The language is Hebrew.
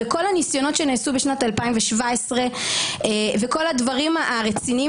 וכל הניסיונות שנעשו בשנת 2017 וכל הדברים הרציניים